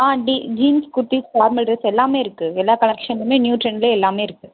ஆ டி jeans kurtis formal dress எல்லாமே இருக்குது எல்லா கலெக்ஷனும் நியூ ட்ரெண்ட்டில் எல்லாமே இருக்குது